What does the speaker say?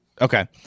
Okay